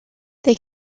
they